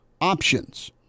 options